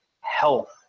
health